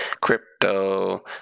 crypto